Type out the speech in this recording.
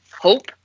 hope